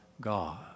God